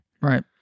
right